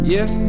Yes